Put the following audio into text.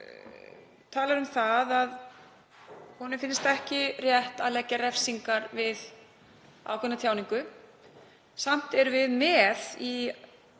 hann talar um að honum finnist ekki rétt að leggja refsingar við ákveðinni tjáningu. Samt erum við með í